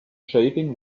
shaving